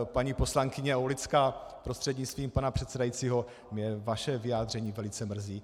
Paní poslankyně Aulická, prostřednictvím pana předsedajícího, mě vaše vyjádření velice mrzí.